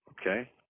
Okay